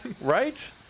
right